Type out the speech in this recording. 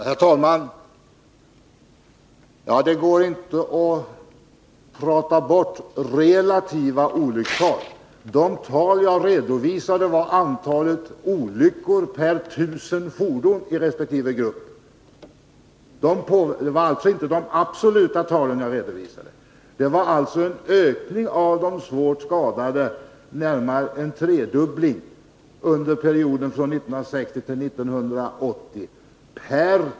Herr talman! Det går inte att prata bort relativa olyckstal. Det var alltså inte de absoluta talen jag redovisade, utan det var antalet olyckor per 1 000 fordoni resp. grupp. Per 1 000 MC var det en ökning av de svårt skadade som motsvarade närmare en tredubbling under perioden 1960-1980.